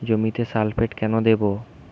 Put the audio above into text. জমিতে সালফেক্স কেন দেবো?